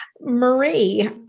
Marie